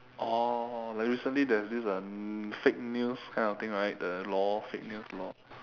oh like recently there's this a fake news kind of thing right the law fake news law